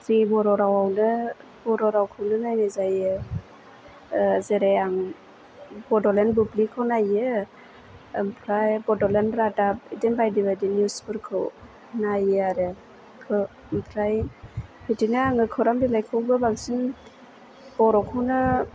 जे बर' रावआवनो बर' रावखौनो नायनाय जायो जेरै आं बड'लेण्ड बुब्लिखौ नायो ओमफ्राय बड'लेण्ड रादाब बिदिनो बायदि बायदि निउसफोरखौ नायो आरो ओमफ्राय बिदिनो आङो खौरां बिलाइखौबो बांसिन बर'खौनो